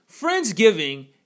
Friendsgiving